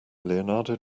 leonardo